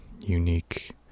unique